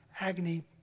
agony